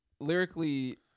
Lyrically